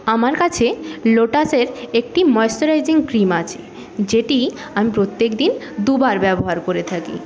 আমার কাছে লোটাসের একটি ময়েশচারাইজিং ক্রিম আছে যেটি আমি প্রত্যেকদিন দুবার ব্যবহার করে থাকি